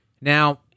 Now